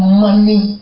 money